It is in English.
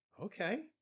okay